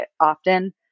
often